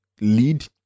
lead